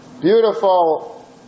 beautiful